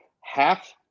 half